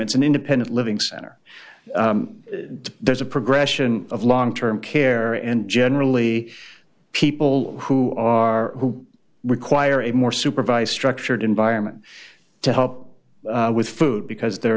it's an independent living center that there's a progression of long term care and generally people who are who require a more supervised structured environment to help with food because they're